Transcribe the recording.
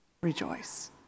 rejoice